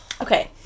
Okay